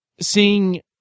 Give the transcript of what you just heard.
seeing